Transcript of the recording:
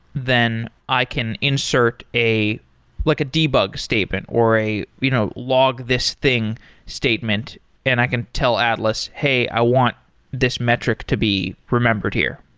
then i can insert a like a debug statement, or a you know log this thing statement and i can tell atlas, hey, i want this metric to be remembered here.